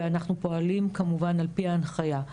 ואנחנו פועלים כמובן על פי ההנחיה.